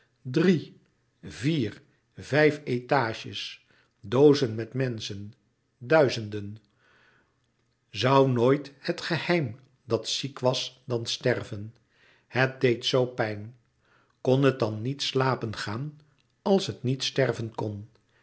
drie vier vijf étages doozen met menschen duizenden zoû nooit het geheim dat ziek was dan sterven het deed zoo pijn louis couperus metamorfoze kon het dan niet slàpen gaan als het niet sterven kon